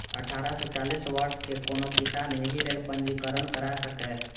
अठारह सं चालीस वर्षक कोनो किसान एहि लेल पंजीकरण करा सकैए